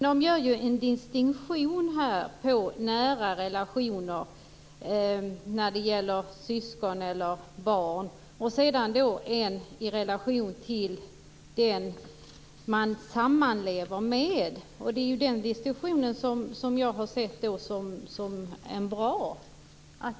Herr talman! Jag har sett det som bra att göra en distinktion på nära relationer mellan syskon och barn och relationen med den man sammanlever med.